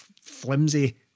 flimsy